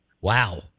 Wow